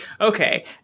Okay